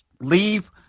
leave